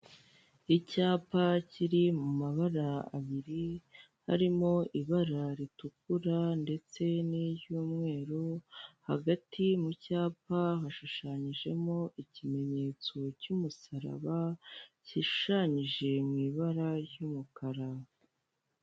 Icyapa kiri mu mabara abiri harimo ibara ritukura ndetse n'iry'umweru, hagati mu cyapa hashushanyijemo ikimenyetso cy'umusaraba, kishushanyije mu ibara ry'umukara.